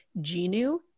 Genu